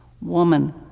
Woman